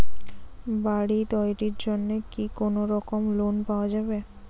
বাড়ি তৈরির জন্যে কি কোনোরকম লোন পাওয়া যাবে?